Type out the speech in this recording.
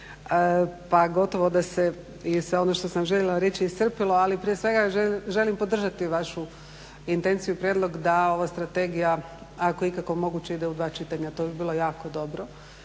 pa gotovo da se i sve ono što sam željela reći iscrpilo, ali prije svega želim podržati vašu intenciju, prijedlog da ova strategija ako je ikako moguće ide u dva čitanja. To bi bilo jako dobro.